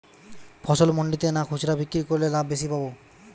ফসল মন্ডিতে না খুচরা বিক্রি করলে লাভ বেশি পাব?